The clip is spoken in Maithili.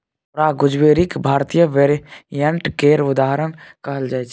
औरा गुजबेरीक भारतीय वेरिएंट केर उदाहरण कहल जाइ छै